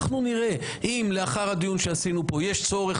אנחנו נראה אם לאחר הדיון שעשינו פה יש צורך